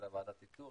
אלא ועדת איתור,